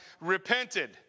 repented